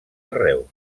arreu